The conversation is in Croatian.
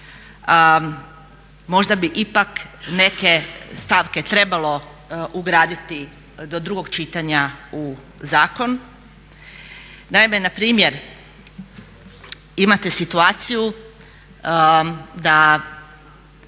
Možda bi ipak neke stavke trebalo ugraditi do drugog čitanja u zakon. Naime, na primjer imate situaciju da